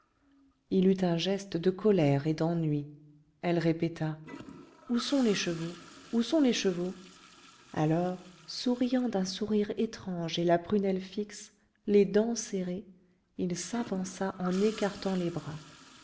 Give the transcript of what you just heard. il eut un geste de colère et d'ennui elle répéta où sont les chevaux où sont les chevaux alors souriant d'un sourire étrange et la prunelle fixe les dents serrées il s'avança en écartant les bras